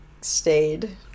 stayed